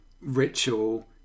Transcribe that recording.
ritual